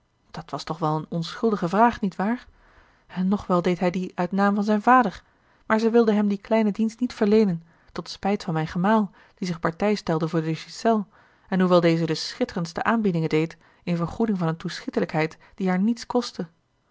dat was toch wel eene onschuldige vraag niet waar en nog wel deed hij die uit naam van zijn vader maar zij wilde hem dien kleinen dienst niet verleea l g bosboom-toussaint de delftsche wonderdokter eel tot spijt van mijn gemaal die zich partij stelde voor de ghiselles en hoewel deze de schitterendste aanbiedingen deed in vergoeding van een toeschietelijkheid die haar niets kostte